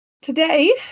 Today